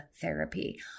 therapy